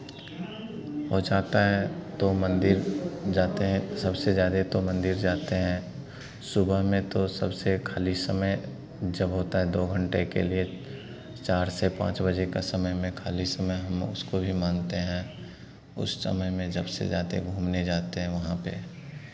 हो जाता है तो मन्दिर जाते हैं सबसे ज़्यादे तो मन्दिर जाते हैं सुबह में तो सबसे खाली समय जब होता है दो घंटे के लिए चार से पाँच बजे का समय में खाली समय हम उसको भी मानते हैं उस समय में जबसे ज़्यादे घूमने जाते हैं वहाँ पे